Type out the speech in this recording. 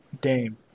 Dame